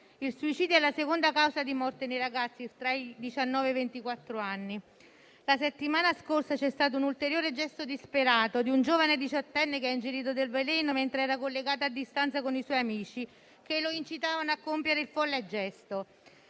il suicidio è la seconda causa di morte nei ragazzi tra i diciannove e i ventiquattro anni. La settimana scorsa c'è stato un ulteriore gesto disperato, quello di un giovane diciottenne che ha ingerito del veleno mentre era collegato a distanza con i suoi amici, che lo incitavano a compiere il folle gesto.